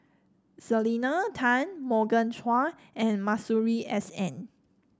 Selena Tan Morgan Chua and Masuri S N